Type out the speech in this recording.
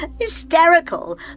hysterical